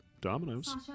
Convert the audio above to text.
Dominoes